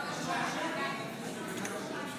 בדבר הפחתת תקציב לא נתקבלו.